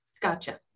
Gotcha